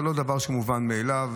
זה לא דבר שמובן מאליו.